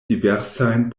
diversajn